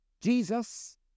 Jesus